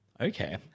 Okay